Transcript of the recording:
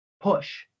push